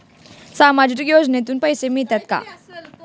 सामाजिक योजनेतून पैसे मिळतात का?